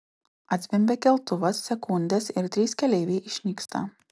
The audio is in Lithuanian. atzvimbia keltuvas sekundės ir trys keleiviai išnyksta